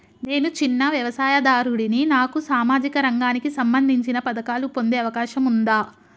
నేను చిన్న వ్యవసాయదారుడిని నాకు సామాజిక రంగానికి సంబంధించిన పథకాలు పొందే అవకాశం ఉందా?